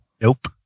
Nope